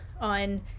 on